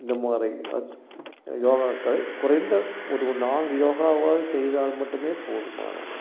இந்தமாதிரி ஆஸ் யோகாக்களைக் குறைந்த ஒரு நான்கு யோகாவாவது செய்தால் மட்டுமே போதுமானது